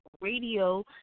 Radio